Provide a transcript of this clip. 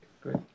Great